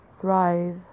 thrive